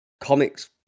comics